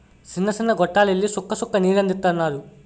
సిన్న సిన్న గొట్టాల్లెల్లి సుక్క సుక్క నీరందిత్తన్నారు